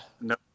no